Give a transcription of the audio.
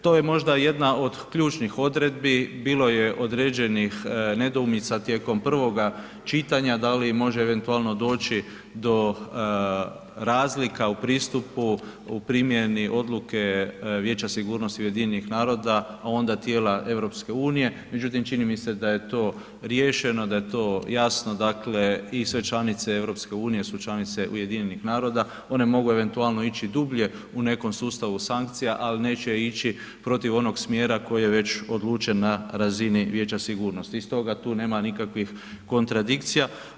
To je možda jedna od ključnih odredbi, bilo je određenih nedoumica tijekom prvoga čitanja, da li može eventualno doći do razlika u pristupu u primjeni odluke Vijeća sigurnosti UN-a, onda tijela EU, međutim, čini mi se da je to riješeno, da je to jasno, dakle i sve članice EU su članice UN-a, one mogu eventualno ići dublje u nekom sustavu sankcija, ali neće ići protiv onog smjera koji je već odlučen na razini Vijeća sigurnosti i stoga tu nema nikakvih kontradikcija.